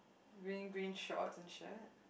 green green shorts and shirt